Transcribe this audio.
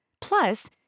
Plus